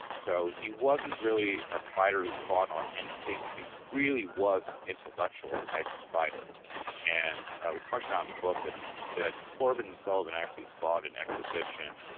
so, he wasn't really a fighter, who fought on instinct, he really was an intellectual type of fighter and we talked around the book that that corbett and sullivan actually fought an exhibition